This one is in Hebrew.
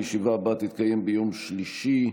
הישיבה הבאה תתקיים ביום שלישי,